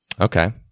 okay